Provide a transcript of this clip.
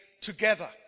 together